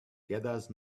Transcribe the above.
gathers